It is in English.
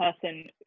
person